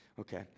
Okay